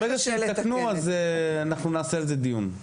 ברגע שיתקנו, נעשה על זה דיון.